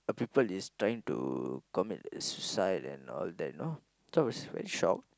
a people is trying to commit suicide and all that you know so I was very shock